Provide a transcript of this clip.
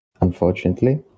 unfortunately